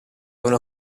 una